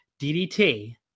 DDT